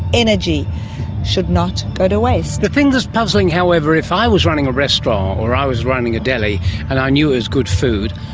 energy should not go to waste. the thing that's puzzling, however, if i was running a restaurant or i was running a deli and i knew it was good food,